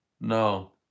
No